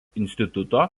instituto